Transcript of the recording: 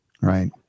Right